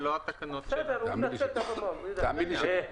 חברת הכנסת אימאן ח'טיב,